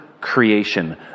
creation